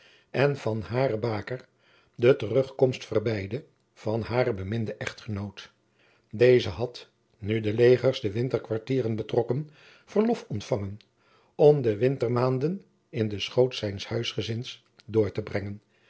en van hare baker de terugkomst verbeidde van haren beminden echtgenoot deze had nu de legers de winterkwartieren betrokken verlof ontfangen om de wintermaanden in den schoot zijns huisgezins door te brengen